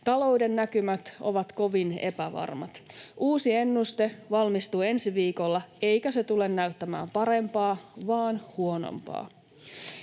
Talouden näkymät ovat kovin epävarmat. Uusi ennuste valmistuu ensi viikolla, eikä se tule näyttämään parempaa vaan huonompaa.